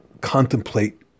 contemplate